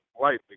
lightly